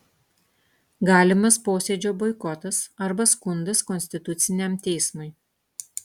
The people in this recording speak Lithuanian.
galimas posėdžio boikotas arba skundas konstituciniam teismui